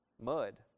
mud